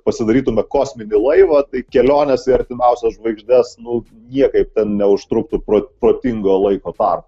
pasidarytume kosminį laivą tai kelionės į artimiausias žvaigždes nu niekaip ten neužtruktų pro protingo laiko tarpą